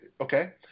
Okay